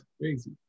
crazy